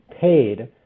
paid